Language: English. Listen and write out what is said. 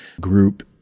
group